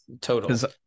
total